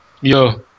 Yo